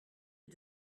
est